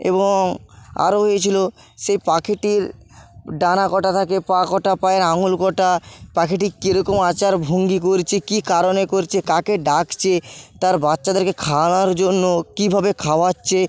এবং আরও হয়েছিল সেই পাখিটির ডানা কটা থাকে পা কটা পায়ে আঙুল কটা পাখিটি কী রকম আচার ভঙ্গি করছে কী কারণে করছে কাকে ডাকছে তার বাচ্চাদেরকে খাওয়ানোর জন্য কীভাবে খাওয়াচ্ছে